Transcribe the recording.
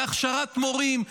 בהכשרת מורים,